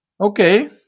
Okay